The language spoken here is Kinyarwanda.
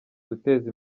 guteza